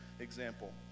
Example